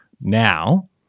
now